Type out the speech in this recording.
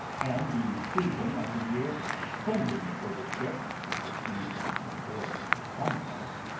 and the season of the year spending for the ship to proceed on her voyage to some place,